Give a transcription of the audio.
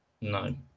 No